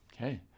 Okay